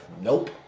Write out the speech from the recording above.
nope